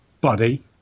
buddy